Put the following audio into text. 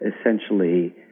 essentially